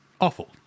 awful